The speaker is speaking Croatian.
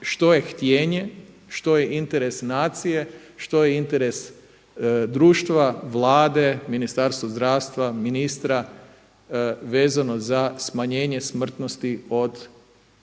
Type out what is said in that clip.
što je htjenje, što je interes nacije, što je interes društva, Vlade, Ministarstva zdravstva, ministra vezano za smanjenje smrtnosti od